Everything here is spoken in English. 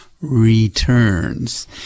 Returns